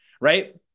right